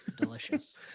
Delicious